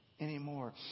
anymore